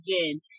again